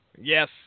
Yes